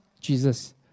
Jesus